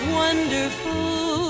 wonderful